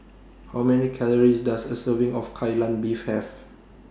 How Many Calories Does A Serving of Kai Lan Beef Have